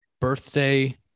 Birthday